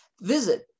visit